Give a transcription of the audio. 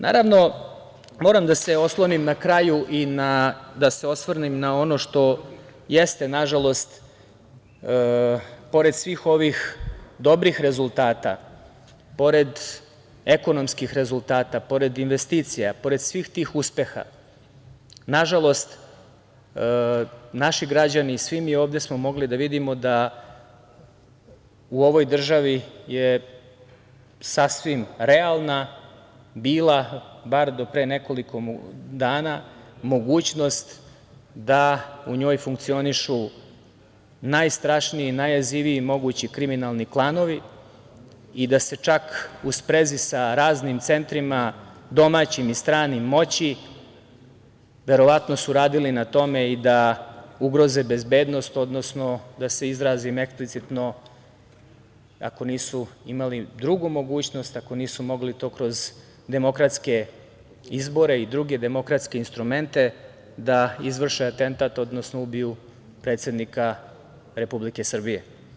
Naravno, moram da se osvrnem na kraju na ono što jeste, nažalost, pored svih ovih dobrih rezultata, pored ekonomskih rezultata, pored investicija, pored svih tih uspeha, nažalost naši građani i svi mi ovde smo mogli da vidimo da u ovoj državi je sasvim realna bila, bar do pre nekoliko dana, mogućnost da u njoj funkcionišu najstrašniji, najjeziviji mogući kriminalni klanovi i da se čak u sprezi sa raznim centrima, domaćim i stranim, moći, verovatno su radili na tome i da ugroze bezbednost, odnosno da se izrazim eksplicitno, ako nisu imali drugu mogućnost, ako nisu mogli to kroz demokratske izbore i druge demokratske instrumente, da izvrše atentat, odnosno ubiju predsednika Republike Srbije.